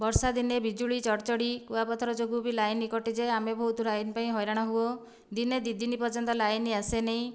ବର୍ଷା ଦିନେ ବିଜୁଳି ଚଡ଼ଚଡି କୁଆପଥର ଯୋଗୁ ବି ଲାଇନ କଟିଯାଏ ଆମେ ବହୁତ ଲାଇନ ପାଇଁ ହଇରାଣ ହେଉ ଦିନେ ଦୁଇ ଦିନ ପର୍ଯ୍ୟନ୍ତ ଲାଇନ ଆସେନାହିଁ